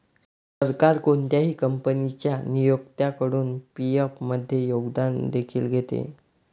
सरकार कोणत्याही कंपनीच्या नियोक्त्याकडून पी.एफ मध्ये योगदान देखील घेते